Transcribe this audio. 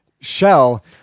shell